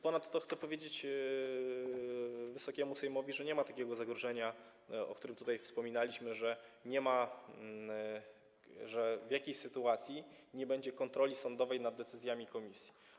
Ponadto chcę powiedzieć Wysokiemu Sejmowi, że nie ma takiego zagrożenia, o którym tutaj wspominaliśmy, że nie ma, że w jakiejś sytuacji nie będzie kontroli sądowej nad decyzjami komisji.